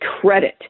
credit